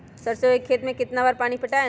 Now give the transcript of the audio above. सरसों के खेत मे कितना बार पानी पटाये?